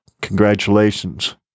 congratulations